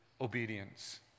obedience